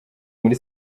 muri